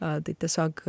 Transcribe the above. ar tai tiesiog